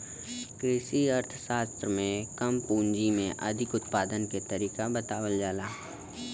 कृषि अर्थशास्त्र में कम पूंजी में अधिक उत्पादन के तरीका बतावल जाला